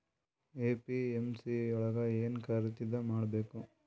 APMC ಯೊಳಗ ಏನ್ ಖರೀದಿದ ಮಾಡ್ಬೇಕು?